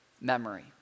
memory